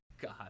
God